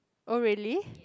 oh really